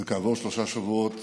וכעבור שלושה שבועות